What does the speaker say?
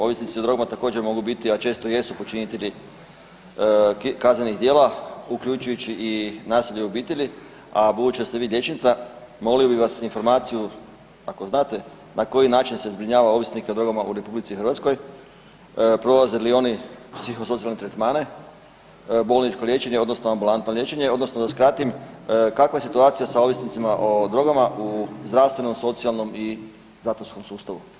Ovisnici o drogama također mogu biti, a često i jesu počinitelji kaznenih djela uključujući i nasilje u obitelji, a budući da ste vi liječnica molio bih vas informaciju ako znate na koji način se zbrinjava ovisnika o drogama u RH, prolaze li oni psihosocijalne tretmane, bolničko liječenje odnosno ambulantno liječenje odnosno da skratim kakva je situacija sa ovisnicima o drogama u zdravstvenom, socijalnom i zatvorskom sustavu?